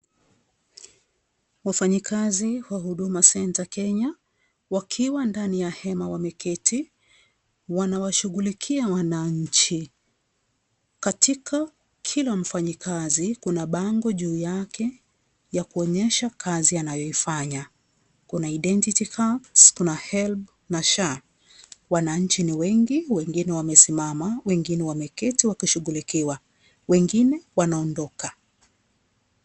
Wafanyi kazi wa huduma center Kenya wakiwa ndani ya hema wameketi wanawashughulikia wananchi katika kila mfanyikazi kuna bango juu yake ya kuonyesha kazi anayoifanya kuna identity card kuna HELB na SHA wananchi ni wengi wengine wamesimama wengine wameketi wakishughulikiwa wengine wanaondoka.